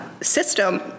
system